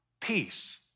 peace